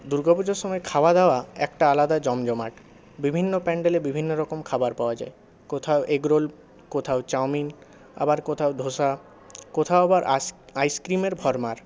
দুর্গাপুজোর সময় খাওয়া দাওয়া একটা আলাদা জমজমাট বিভিন্ন প্যান্ডেলে বিভিন্নরকম খাবার পাওয়া যায় কোথাও এগরোল কোথাও চাউমিন আবার কোথাও ধোসা কোথাও আবার আস আইস্ক্রিমের ফরমার